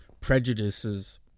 prejudices